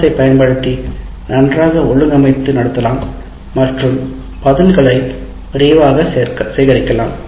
S ஐப் பயன்படுத்தி நன்றாக ஒழுங்கமைத்து நடத்தலாம் மற்றும் பதில்களை விரைவாக சேகரிக்கலாம்